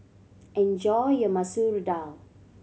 enjoy your Masoor Dal